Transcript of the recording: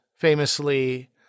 famously